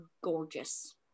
gorgeous